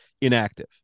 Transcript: inactive